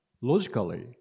logically